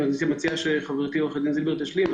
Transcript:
אני מציע שחברתי עורכת דין זילבר תשלים,